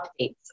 updates